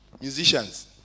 Musicians